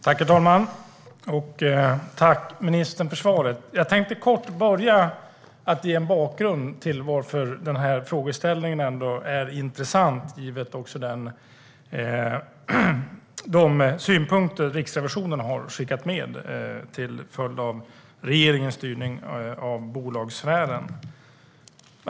Herr talman! Tack, ministern, för svaret! Jag tänkte kort börja med att ge en bakgrund till varför frågan är intressant, givet de synpunkter Riksrevisionen har skickat med till följd av regeringens styrning av bolagssfären.